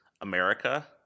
America